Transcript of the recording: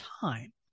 time